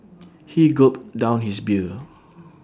he gulped down his beer